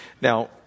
now